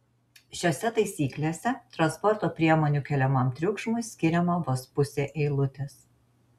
šiose taisyklėse transporto priemonių keliamam triukšmui skiriama vos pusė eilutės